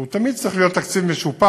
שהוא תמיד צריך להיות תקציב משופר,